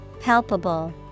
Palpable